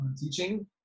teaching